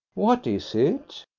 what is it?